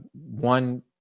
one